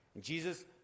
Jesus